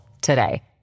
today